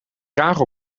graag